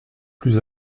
plus